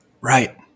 Right